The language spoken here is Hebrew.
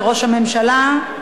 לראש הממשלה,